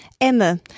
Emma